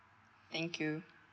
thank you